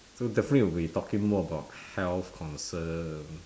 so definitely will be talking more about health concern